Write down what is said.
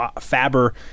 Faber